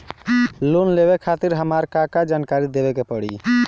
Loan लेवे खातिर हमार का का जानकारी देवे के पड़ी?